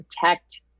protect